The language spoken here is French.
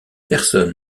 personne